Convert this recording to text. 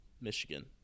Michigan